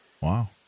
Wow